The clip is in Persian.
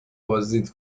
بازدید